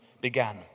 began